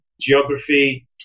geography